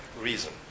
reason